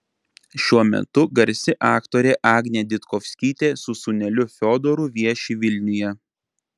šiuo metu garsi aktorė agnė ditkovskytė su sūneliu fiodoru vieši vilniuje